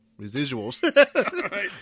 residuals